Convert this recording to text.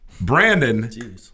Brandon